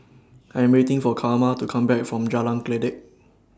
I Am waiting For Karma to Come Back from Jalan Kledek